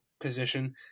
position